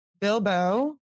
Bilbo